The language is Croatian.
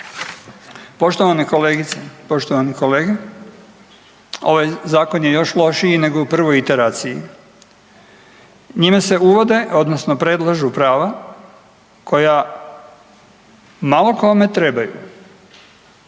Poštovane kolegice, poštovani kolege ovaj Zakon je još lošiji nego u prvoj iteraciji. Njime se uvode odnosno predlažu prava koja malo kome trebaju,